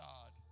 God